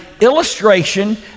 illustration